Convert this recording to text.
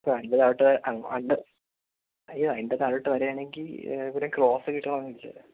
ഇപ്പം അതിന്റ്റെ താഴോട്ട് അഡ്വ അയ്യോ അതിൻ്റെ താഴോട്ട് വരുകയാണെങ്കിൽ അത്രയും ക്ലോസ് കിട്ടണമെന്നില്ല